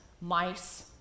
mice